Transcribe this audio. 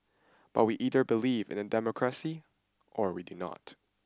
but we either believe in the democracy or we do not